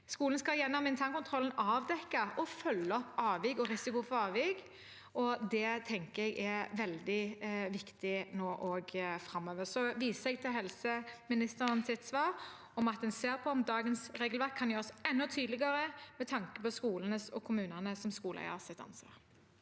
Skolen skal gjennom internkontroll avdekke og følge opp avvik og risiko for avvik, og det tenker jeg er veldig viktig nå og framover. Så viser jeg til helseministerens svar om at en ser på om dagens regelverk kan gjøres enda tydeligere med tanke på skolenes og kommunene som skoleeiers ansvar.